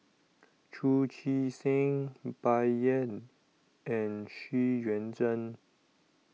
Chu Chee Seng Bai Yan and Xu Yuan Zhen